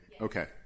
Okay